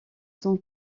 sont